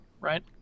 right